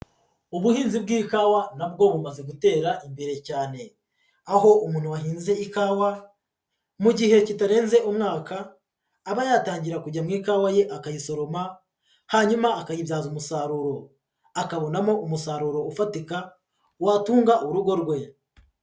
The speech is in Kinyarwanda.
Ubuhinzi bw'ikawa na bwo bumaze gutera imbere cyane, aho umuntu wahinze ikawa mu gihe kitarenze umwaka aba yatangira kujya mu ikawa ye akayisoroma, hanyuma akayibyaza umusaruro, akabonamo umusaruro ufatika watunga urugo rwe.